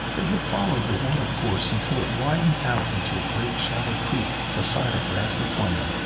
they had followed the watercourse until it widened out into a great shallow creek beside a grassy plain.